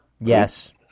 Yes